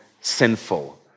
sinful